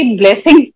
blessing